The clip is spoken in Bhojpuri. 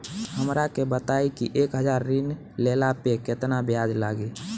हमरा के बताई कि एक हज़ार के ऋण ले ला पे केतना ब्याज लागी?